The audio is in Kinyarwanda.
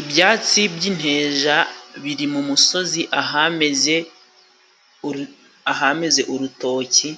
Ibyatsi by'inteja biri mu musozi ahameze urutoki,